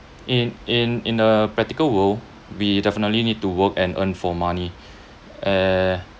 in in in a practical world we definitely need to work and earn for money err